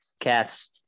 cats